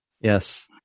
Yes